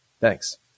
Thanks